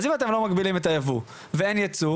אז אם אתם לא מגבילים את הייבוא ואין ייצוא,